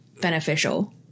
beneficial